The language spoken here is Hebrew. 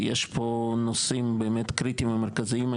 יש פה נושאים קריטיים ומרכזיים.